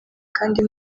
kandi